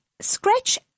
scratch